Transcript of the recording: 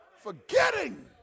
forgetting